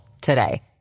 today